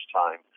time